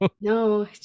No